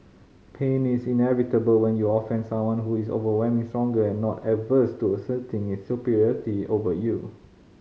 pain is inevitable when you offend someone who is overwhelmingly stronger and not averse to asserting its superiority over you